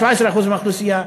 17% מהאוכלוסייה,